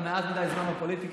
אתה מעט מדי זמן בפוליטיקה,